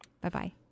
Bye-bye